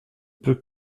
peux